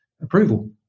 approval